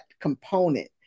component